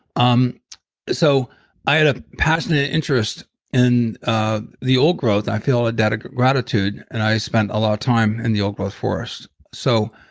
um so i had a passionate interest in ah the old growth. i feel a debt of gratitude and i spent a lot of time in the old growth forest. so